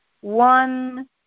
One